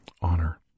honor